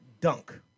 dunk